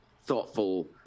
thoughtful